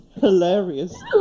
hilarious